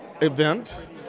event